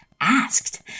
asked